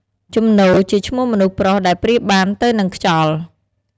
ជំនោ ជាឈ្មោះមនុស្សប្រុសដែលប្រៀបបានទៅនឹងខ្យល់។